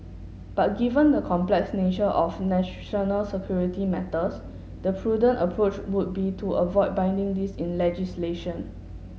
but given the complex nature of national security matters the prudent approach would be to avoid binding this in legislation